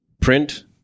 print